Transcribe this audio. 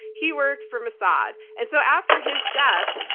he worked for mossad. and so after his death,